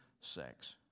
sex